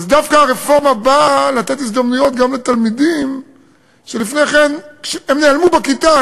דווקא הרפורמה באה לתת הזדמנויות גם לתלמידים שלפני כן נעלמו בכיתה,